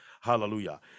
Hallelujah